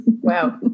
Wow